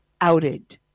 outed